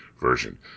version